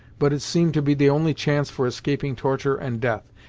but it seemed to be the only chance for escaping torture and death,